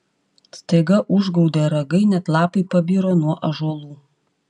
staiga užgaudė ragai net lapai pabiro nuo ąžuolų